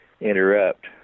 interrupt